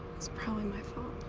it's probably my fault.